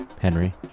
Henry